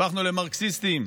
הפכנו למרקסיסטים,